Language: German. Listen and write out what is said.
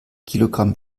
kilogramm